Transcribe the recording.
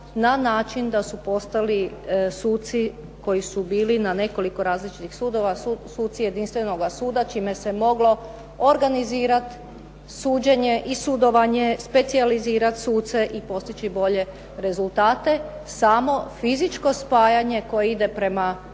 na način da su postali suci koji su bili na nekoliko različitih sudova, suci jedinstvenoga suda čime se moglo organizirati sudove i sudovanje i specijalizirati suce i postići bolje rezultate. Samo fizičko spajanje koje ide prema